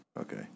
okay